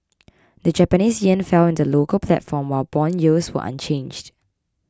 the Japanese yen fell in the local platform while bond yields were unchanged